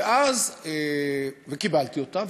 וקיבלתי אותה,